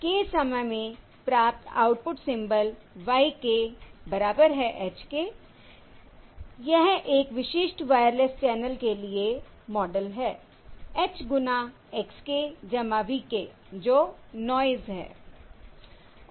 k समय में प्राप्त आउटपुट सिंबल y k बराबर है h के यह एक विशिष्ट वायरलेस चैनल के लिए मॉडल है h गुना x k v k जो नॉयस है